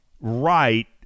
right